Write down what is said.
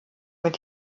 mit